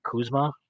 Kuzma